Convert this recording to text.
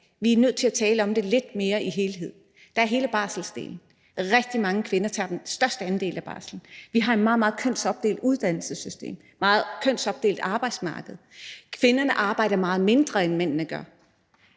vi er nødt til at tale om det lidt mere i helhed. Der er hele barselsdelen, hvor rigtig mange kvinder tager den største andel af barslen, og vi har et meget, meget kønsopdelt uddannelsessystem, meget kønsopdelt arbejdsmarked, kvinderne arbejder meget mindre, end mændene gør,